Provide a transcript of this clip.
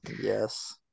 Yes